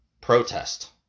protest